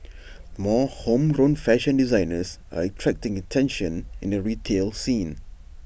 more homegrown fashion designers are attracting attention in the retail scene